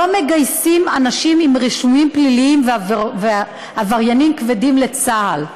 לא מגייסים אנשים עם רישומים פליליים ועבריינים פליליים לצה"ל.